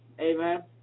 Amen